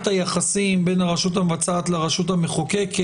היחסים בין הרשות המבצעת לבין הרשות המחוקקת,